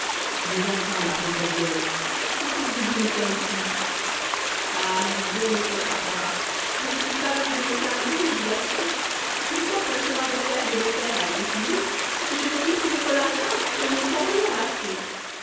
mais enfin ma pauvre vieille qu'est-ce que vous êtes venue faire ici ah mon bon monsieur tartarin je n'y suis pas venue de mon plein gré je vous assure une fois que le chemin de fer de beaucaire a été fini ils ne m'ont plus trouvée bonne à rien et ils m'ont envoyée en afrique